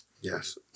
Yes